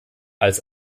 als